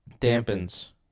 dampens